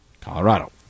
Colorado